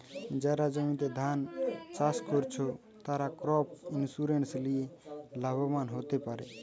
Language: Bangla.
যারা জমিতে ধান চাষ কোরছে, তারা ক্রপ ইন্সুরেন্স লিয়ে লাভবান হোতে পারে